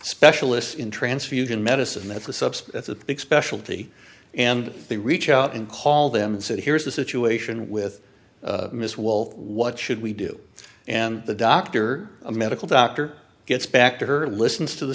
specialists in transfusion medicine that's the subs that's a big special duty and they reach out and call them and said here's the situation with ms wolf what should we do and the doctor a medical doctor gets back to her listens to the